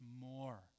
more